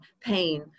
pain